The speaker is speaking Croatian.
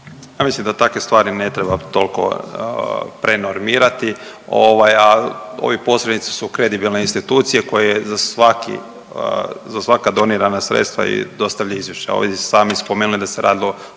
Ja mislim da takve stvari ne treba tolko prenormirati, ovaj a ovi posrednici su kredibilne institucije koje za svaki, za svaka donirana sredstva dostavlja izvješća. Ovdje ste sami spomenuli da se radilo